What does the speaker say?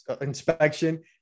inspection